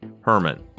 Herman